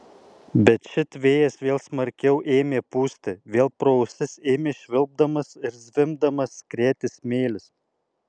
bet šit vėjas vėl smarkiau ėmė pūsti vėl pro ausis ėmė švilpdamas ir zvimbdamas skrieti smėlis